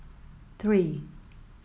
three